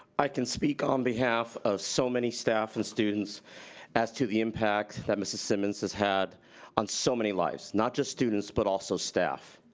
i can speak on behalf of so many staff and students as to the impact that mrs simmons has had on so many lives, not just students, but also staff.